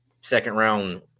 second-round